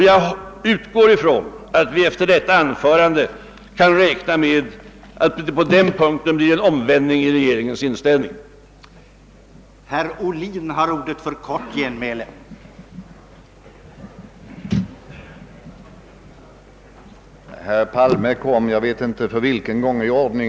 Jag utgår från att vi efter detta herr Palmes anförande kan räkna med att det blir en omvändning i regeringens inställning på den punkten.